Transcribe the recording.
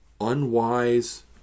unwise